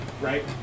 right